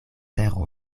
tero